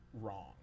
wrong